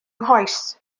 nghoes